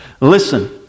Listen